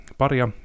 paria